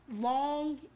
long